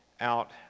out